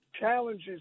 challenges